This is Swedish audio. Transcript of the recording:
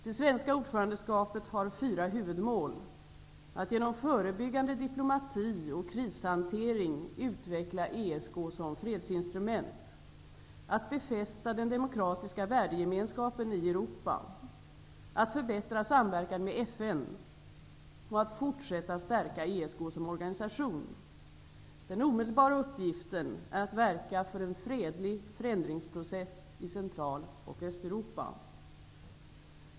Det svenska ordförandeskapet har fyra huvudmål: att genom förebyggande diplomati och krishantering utveckla ESK som fredsinstrument, att befästa den demokratiska värdegemenskapen i Europa, att förbättra samverkan med FN och att fortsätta stärka ESK som organisation. Den omedelbara uppgiften är att verka för en fredlig förändringsprocess i Centraloch Östeuropa.